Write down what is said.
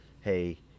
hey